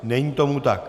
Není tomu tak.